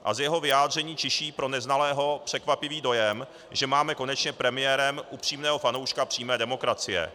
A z jeho vyjádření čiší pro neznalého překvapivý dojem, že máme konečně premiérem upřímného fanouška přímé demokracie.